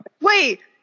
wait